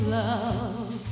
love